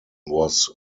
was